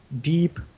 deep